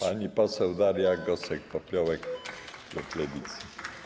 Pani poseł Daria Gosek-Popiołek, klub Lewicy.